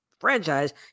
franchise